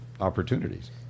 opportunities